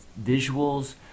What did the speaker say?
visuals